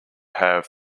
have